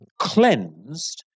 cleansed